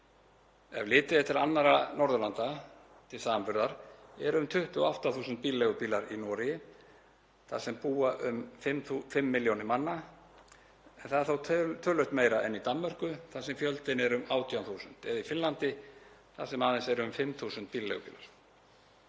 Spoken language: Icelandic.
Ef litið er til annarra Norðurlanda til samanburðar eru um 28 þúsund bílaleigubílar í Noregi þar sem búa um 5 milljónir manna en það er þó töluvert meira en í Danmörku þar sem fjöldinn er um 18 þúsund eða í Finnlandi þar sem aðeins eru um 5.000 bílaleigubílar.